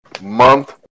month